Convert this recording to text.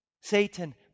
Satan